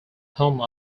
home